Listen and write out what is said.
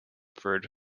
formerly